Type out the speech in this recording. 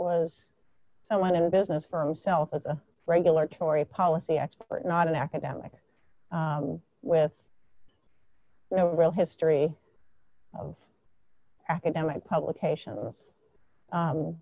was someone in the business for himself as a regular tory policy expert not an academic with no real history of academic publications